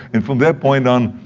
and from that point on,